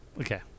okay